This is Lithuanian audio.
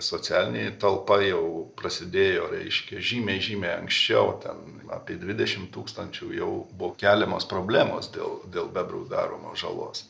socialinė talpa jau prasidėjo reiškia žymiai žymiai anksčiau ten apie dvidešim tūkstančių jau buvo keliamos problemos dėl dėl bebrų daromos žalos